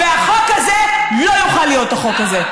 והחוק הזה לא יוכל להיות החוק הזה.